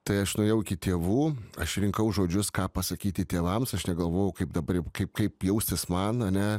tai aš nuėjau iki tėvų aš rinkau žodžius ką pasakyti tėvams aš negalvojau kaip dabar kaip kaip jaustis man ane